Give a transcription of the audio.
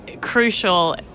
crucial